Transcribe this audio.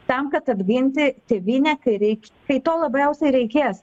tam kad apginti tėvynę kai reik kai to labiausiai reikės